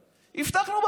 "הבטחנו"?